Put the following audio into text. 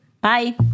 Bye